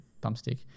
thumbstick